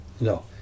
No